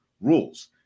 rules